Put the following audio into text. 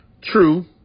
True